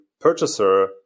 purchaser